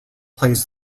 plays